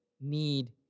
need